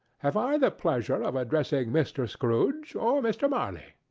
have i the pleasure of addressing mr. scrooge, or mr. marley?